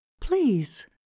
Please